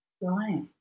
right